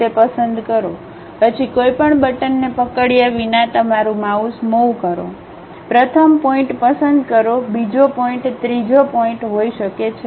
તે પસંદ કરો પછી કોઈપણ બટનને પકડ્યા વિના તમારું માઉસ મુવ કરો પ્રથમ પોઇન્ટ પસંદ કરો બીજો પોઇન્ટ ત્રીજો પોઇન્ટ હોઈ શકે છે